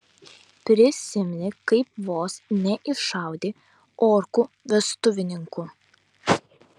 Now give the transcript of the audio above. prisimeni kaip vos neiššaudei orkų vestuvininkų